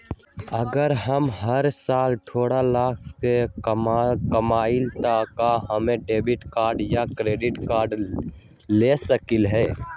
अगर हम हर साल डेढ़ लाख से कम कमावईले त का हम डेबिट कार्ड या क्रेडिट कार्ड ले सकली ह?